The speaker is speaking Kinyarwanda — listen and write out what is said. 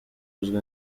uzwi